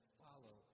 follow